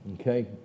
okay